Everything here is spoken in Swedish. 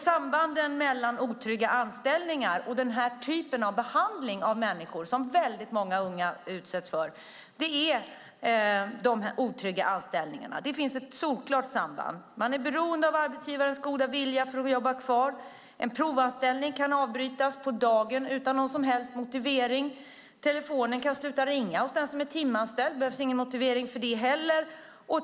Sambandet mellan otrygga anställningar och den typ av behandling av människor som väldigt många unga utsätts för är solklart. Man är beroende av arbetsgivarens goda vilja för att jobba kvar. En provanställning kan avbrytas på dagen utan någon som helst motivering. Telefonen kan sluta ringa hos den som är timanställd - det behövs ingen motivering för det heller.